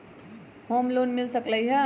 Home loan मिल सकलइ ह?